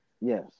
Yes